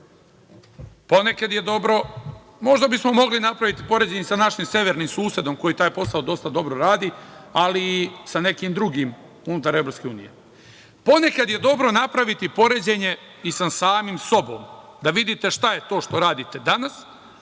ni adekvatna. Možda bismo mogli napraviti poređenje sa našim severnim susedom koji taj posao dosta dobro radi, ali i sa nekim drugim unutar EU.Ponekad je dobro napraviti poređenje i sa samim sobom, da vidite šta je to što radite danas